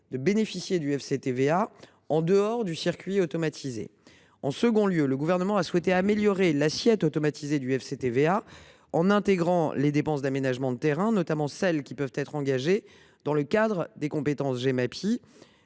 de bénéficier du FCTVA en dehors du circuit automatisé. En second lieu, le Gouvernement a souhaité améliorer l’assiette automatisée du FCTVA en intégrant les dépenses d’aménagement de terrain, notamment celles qui peuvent être engagées dans le cadre des compétences Gemapi.